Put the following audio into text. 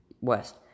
west